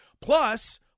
Plus